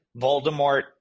Voldemort